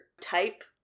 type